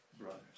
brothers